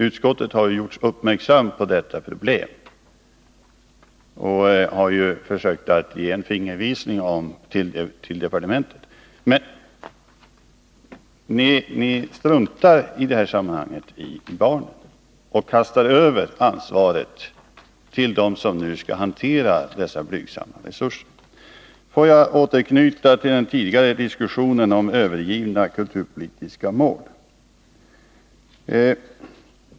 Utskottet har uppmärksammats på detta problem och försökt att ge en fingervisning om det till departementet. Men ni struntar i detta sammanhang i barnen och kastar över ansvaret på dem som nu skall hantera dessa blygsamma resurser. Får jag återanknyta till den tidigare diskussionen om övergivna kulturpolitiska mål.